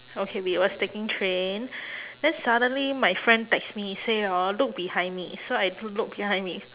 okay we was taking train then suddenly my friend text me say hor look behind me so I look behind me